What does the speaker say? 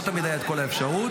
לא תמיד הייתה כל האפשרות,